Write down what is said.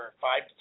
five